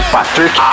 Patrick